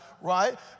right